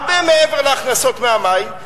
הרבה מעבר להכנסות מהמים,